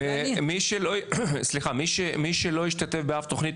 ומי שלא השתתף באף תוכנית,